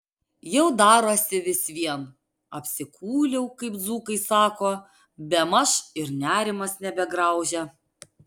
jau darosi vis vien apsikūliau kaip dzūkai sako bemaž ir nerimas nebegraužia